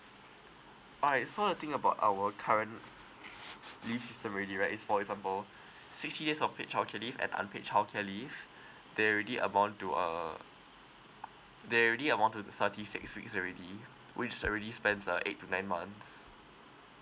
ah you saw the thing about our current leave system already right for example sixty days of paid childcare leave and unpaid childcare leave they already amount to err they already amount to thirty six weeks already which already spans uh eight to nine months